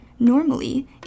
Normally